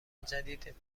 جدید